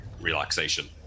relaxation